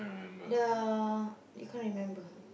the you can't remember